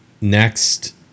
next